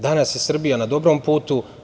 Danas je Srbija na dobrom putu.